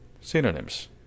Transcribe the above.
Synonyms